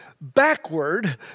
backward